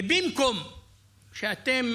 ובמקום שאתם